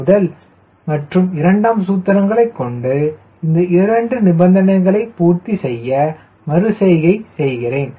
முதல் மற்றும் இரண்டாம் சூத்திரங்களை கொண்டு இந்த இரண்டு நிபந்தனைகளை பூர்த்தி செய்ய மறு செய்கை செய்கிறேன்